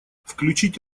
включить